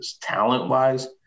talent-wise